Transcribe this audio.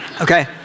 Okay